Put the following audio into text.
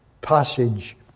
passage